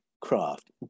craft